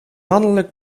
mannelijk